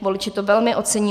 Voliči to velmi oceňují.